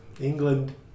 England